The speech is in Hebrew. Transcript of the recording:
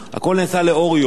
הכול נעשה לאור יום.